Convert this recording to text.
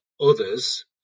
others